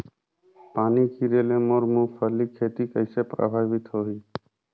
पानी गिरे ले मोर मुंगफली खेती कइसे प्रभावित होही?